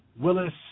Willis